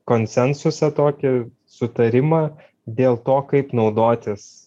konsensusą tokį sutarimą dėl to kaip naudotis